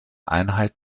einheit